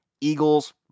Eagles